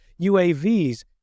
UAVs